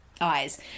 eyes